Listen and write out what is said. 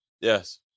Yes